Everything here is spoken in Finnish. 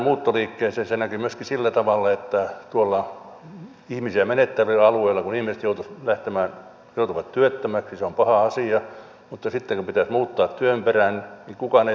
se näkyy myöskin sillä tavalla tuolla ihmisiä menettävillä alueilla että kun ihmiset joutuvat lähtemään joutuvat työttömäksi se on paha asia niin sitten kun pitäisi muuttaa työn perään kukaan ei osta asuntoa